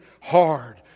hard